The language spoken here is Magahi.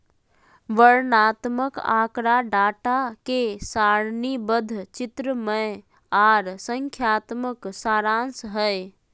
वर्णनात्मक आँकड़ा डाटा के सारणीबद्ध, चित्रमय आर संख्यात्मक सारांश हय